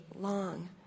long